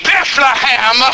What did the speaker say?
Bethlehem